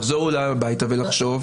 לחזור אולי הביתה ולחשוב.